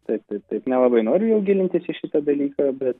taip taip taip nelabai noriu jau gilintis į šitą dalyką bet